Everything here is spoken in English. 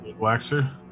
Waxer